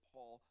Paul